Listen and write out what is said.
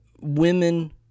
women